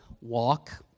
walk